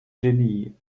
genie